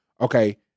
Okay